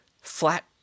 flat